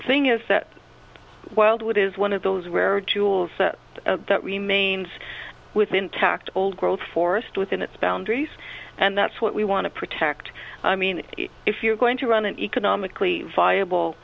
the thing is that wildwood is one of those rare jewels that remains with intact old growth forest within its boundaries and that's what we want to protect i mean if you're going to run an economically viable